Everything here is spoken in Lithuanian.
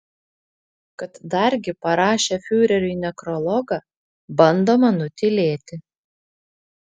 kad dargi parašė fiureriui nekrologą bandoma nutylėti